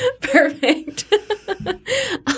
Perfect